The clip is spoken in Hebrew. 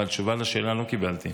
אבל תשובה על השאלה לא קיבלתי.